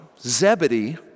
Zebedee